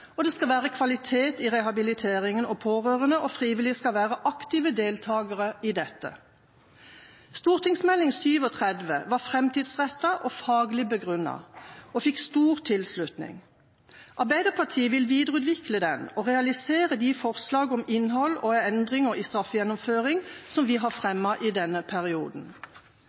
det skal være kvalitet i rehabiliteringen, og pårørende og frivillige skal være aktive deltakere i dette. Meld. St. 37 for 2007–2008 var framtidsrettet og faglig begrunnet og fikk stor tilslutning. Arbeiderpartiet vil videreutvikle den og realisere de forslag om innhold og endringer i straffegjennomføring som vi har fremmet i denne perioden.